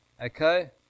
Okay